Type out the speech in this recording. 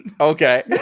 Okay